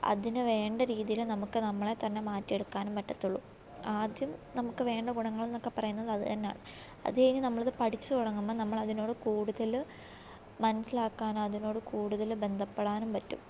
അതിന് വേണ്ട രീതിയിൽ നമുക്ക് നമ്മളെ തന്നെ മാറ്റിയെടുക്കാനും പറ്റത്തൊള്ളൂ ആദ്യം നമുക്ക് വേണ്ട ഗുണങ്ങൾ എന്നൊക്കെ പറയുന്നതും അത് തന്നെയാണ് അത് കഴിഞ്ഞ് നമ്മളത് പഠിച്ച് തുടങ്ങുമ്പോൾ നമ്മൾ അതിനോട് കൂടുതൽ മനസിലാക്കാൻ അതിനോട് കൂടുതൽ ബന്ധപ്പെടാനും പറ്റും